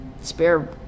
spare